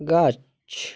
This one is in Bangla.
গাছ